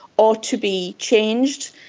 ought to be changed.